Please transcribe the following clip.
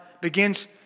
begins